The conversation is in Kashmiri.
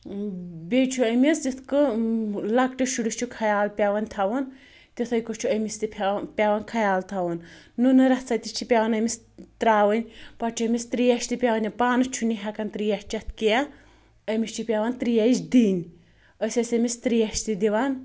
بیٚیہِ چھُ أمِس یِتھ کٲنہہ لَکٹِس شُرِس چھُ خیال پیٚوان تھاوُن تِتھے کٲنہہ چھُ أمِس تہِ پھیٚوان پیٚوان خیال تھاوُن نُنہٕ رَژھَہ تہِ چھِ پیٚوان أمِس ترٛاوٕنۍ پَتہٕ چھُ أمِس ترٛیش تہِ پیٚوان ننۍ پانہٕ چھُنہٕ یہِ ہیٚکان ترٛیش چیٚتھ کیٚنٛہہ أمِس چھِ پیٚوان ترٛیش دِنۍ أسۍ ٲسۍ أمِس ترٛیش تہِ دِوان